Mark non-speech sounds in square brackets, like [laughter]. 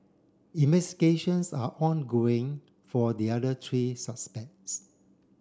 [unintelligible] are ongoing for the other three suspects